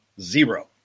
Zero